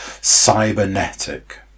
Cybernetic